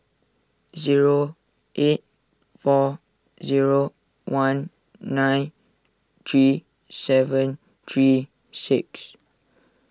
zero eight four zero one nine three seven three six